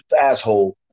asshole